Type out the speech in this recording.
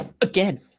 again